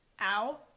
ow